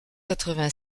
cinquante